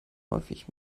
häufig